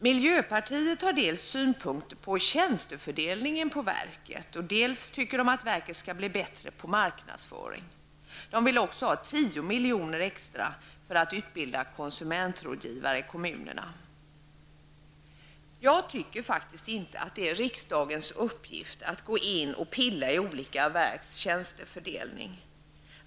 Miljöpartiet har dels synpunkter på tjänstefördelningen vid verket, dels uppfattningen att verket bör bli bättre på marknadsföring. Miljöpartiet vill också ha tio miljoner extra för att utbilda konsumentrådgivare i kommunerna. Jag tycker faktiskt inte att det är riksdagens uppgift att gå in och peta i olika verks tjänstefördelning.